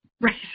Right